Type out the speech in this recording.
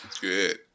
good